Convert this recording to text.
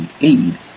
aid